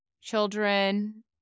children